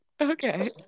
Okay